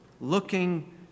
Looking